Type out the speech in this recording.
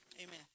Amen